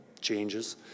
changes